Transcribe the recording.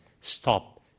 stop